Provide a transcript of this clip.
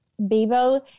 Bebo